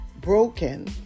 broken